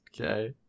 Okay